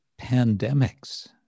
pandemics